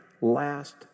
last